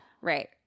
Right